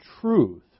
truth